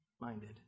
minded